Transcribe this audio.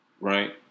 right